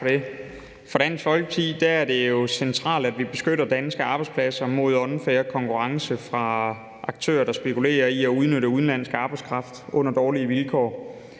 For Dansk Folkeparti er det jo centralt, at vi beskytter danske arbejdspladser mod unfair konkurrence fra aktører, der spekulerer i at udnytte udenlandsk arbejdskraft under dårlige vilkår,